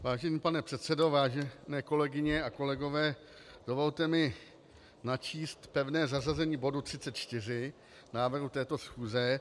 Vážený pane předsedo, vážené kolegyně a kolegové, dovolte mi načíst pevné zařazení bodu 34 návrhu této schůze.